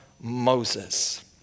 Moses